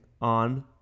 on